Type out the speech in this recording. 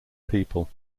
people